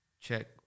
Check